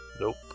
Nope